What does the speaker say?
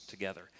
together